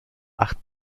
acht